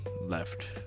left